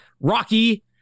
Rocky